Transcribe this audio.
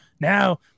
Now